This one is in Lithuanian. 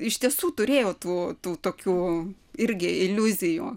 iš tiesų turėjo tų tų tokių irgi iliuzijų